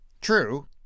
True